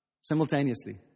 Simultaneously